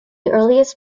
earliest